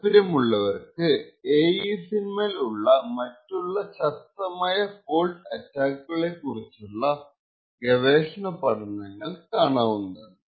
താല്പര്യമുള്ളവർക്ക് AES ൻ മേൽ ഉള്ള മറ്റുള്ള ശക്തമായ ഫോൾട്ട് അറ്റാക്കുകളെ കുറിച്ചുള്ള ഗവേഷണ പഠനങ്ങൾ കാണാവുന്നതാണ്